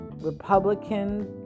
Republican